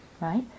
right